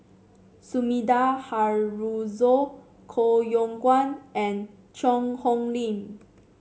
Sumida Haruzo Koh Yong Guan and Cheang Hong Lim